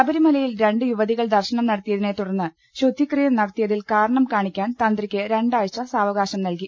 ശബരിമലയിൽ രണ്ട് യുവതികൾ ദർശനം നടത്തിയതിനെ തുടർന്ന് ശുദ്ധിക്രിയ നടത്തിയതിൽ കാരണം കാണിക്കാൻ തന്ത്രിയ്ക്ക് രണ്ടാഴ്ച സാവകാശം നൽകി